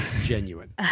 genuine